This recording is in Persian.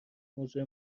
موضوع